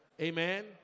amen